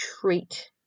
treat